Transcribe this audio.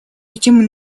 этим